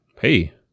Hey